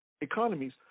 Economies